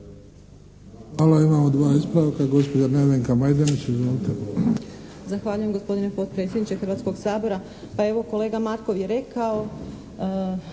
Hvala. Imamo dva ispravka. Gospođa Nevenka Majdenić. Izvolite.